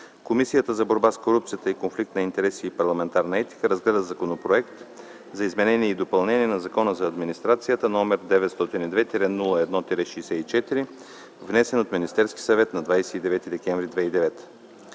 Комисията за борба с корупцията, конфликт на интереси и парламентарна етика разгледа Законопроекта за изменение и допълнение на Закона за администрацията № 902-01-64, внесен от Министерския съвет на 29 декември 2009